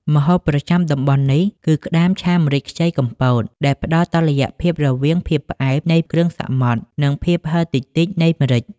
ម្ហូបប្រចាំតំបន់នេះគឺក្តាមឆាម្រេចខ្ចីកំពត ដែលផ្តល់តុល្យភាពរវាងភាពផ្អែមនៃគ្រឿងសមុទ្រ និងភាពហិរតិចៗនៃម្រេច។